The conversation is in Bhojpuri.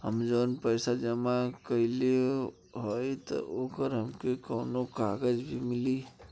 हम जवन पैसा जमा कइले हई त ओकर हमके कौनो कागज भी मिली?